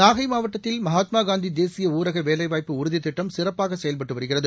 நாகை மாவட்டத்தில் மகாத்மா காந்தி தேசிய ஊரக வேலைவாய்ப்பு உறுதித்திட்டம் சிறப்பாக செயல்பட்டு வருகிறது